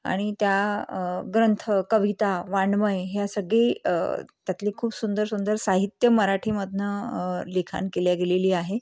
आणि त्या ग्रंथ कविता वाङ्मय ह्या सगळी त्यातली खूप सुंदर सुंदर साहित्य मराठीमधनं लिखाण केले गेलेली आहे